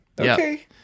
Okay